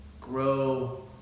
grow